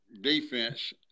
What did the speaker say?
defense